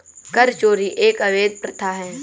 कर चोरी एक अवैध प्रथा है